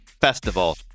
festival